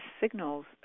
signals